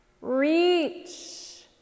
Reach